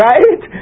Right